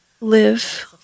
live